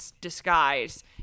disguise